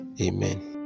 Amen